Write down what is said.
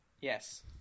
Yes